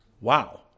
Wow